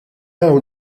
hawn